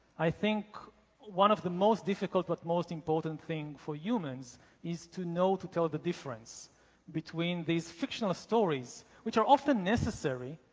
i think one of the most difficult but most important thing for humans is to know to tell the difference between these fictional stories which are often necessary,